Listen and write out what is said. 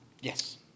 Yes